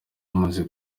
amaze